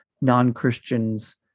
non-Christians